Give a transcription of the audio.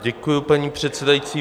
Děkuji, paní předsedající.